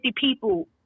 people